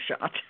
shot